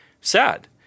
sad